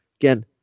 Again